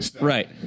right